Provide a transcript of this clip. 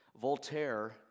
Voltaire